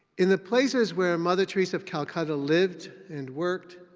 in the places where mother teresa of calcutta lived and worked,